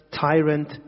tyrant